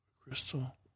Crystal